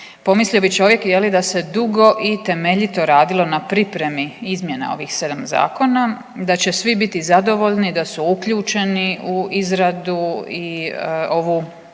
pomislio bi čovjek da se dugo i temeljito radilo na pripremi izmjena ovih 7 zakona, da će svi biti zadovoljni, da su uključeni u izradu i ovu